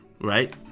right